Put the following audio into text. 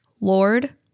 Lord